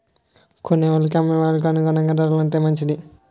కొనేవాళ్ళకి అమ్మే వాళ్ళకి అణువుగా ధరలు ఉంటే మంచిది